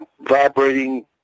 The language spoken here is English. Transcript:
vibrating